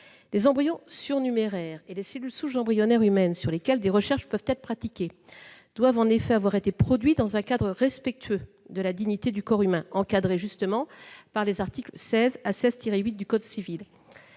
Les embryons surnuméraires et les cellules souches embryonnaires humaines sur lesquels des recherches peuvent être pratiquées doivent en effet avoir été produits dans un cadre respectueux de la dignité du corps humain, encadré, justement, par les articles 16 à 16-8 du code civil.